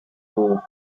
coupe